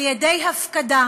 על-ידי הפקדה